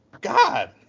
God